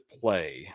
play